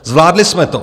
Zvládli jsme to.